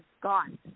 gone